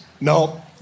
No